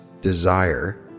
desire